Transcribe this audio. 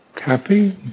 happy